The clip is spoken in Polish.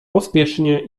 pośpiesznie